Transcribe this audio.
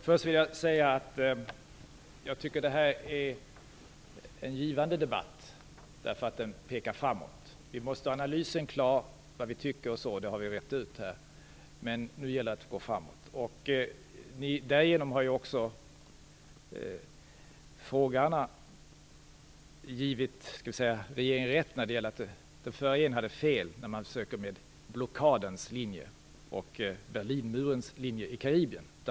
Fru talman! Först vill jag säga att jag tycker att detta är en givande debatt, därför att den pekar framåt. Vi måste ha analysen klar. Vad vi tycker har vi rett ut, nu gäller det att gå framåt. Därigenom har också frågeställarna givit regeringen rätt. Den förra regeringen hade fel när den försökte med blockadens och Berlinmurens linje i Karibien.